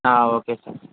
okay sir